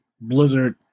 Blizzard